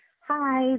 Hi